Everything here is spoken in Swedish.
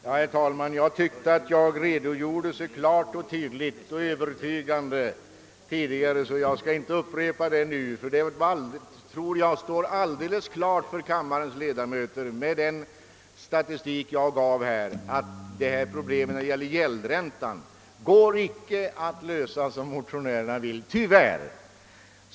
« Herr talman! Jag tyckte att jag tidigare mycket klart, tydligt och övertygande redogjorde för min ståndpunkt, ech jag skall därför inte upprepa det sagda. Efter den statistik jag återgav bör det stå klart för kammarens ledamöter att problemet med gäldräntan inte kan lösas på det sätt som motionärerna tänkt sig.